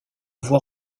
voie